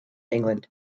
england